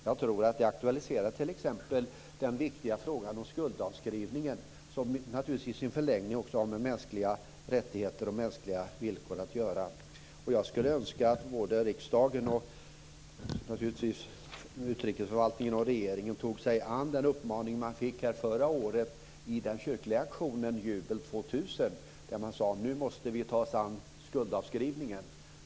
Jag tror att det aktualiserar t.ex. den viktiga frågan om skuldavskrivningen, som naturligtvis i sin förlängning också har med mänskliga rättigheter och mänskliga villkor att göra. Jag skulle önska att riksdagen och naturligtvis utrikesförvaltningen och regeringen tog sig an den uppmaning som man fick förra året i den kyrkliga auktionen Jubel 2000. Man sade: Nu måste vi ta oss an skuldavskrivningen.